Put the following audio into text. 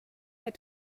had